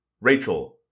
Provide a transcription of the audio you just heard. Rachel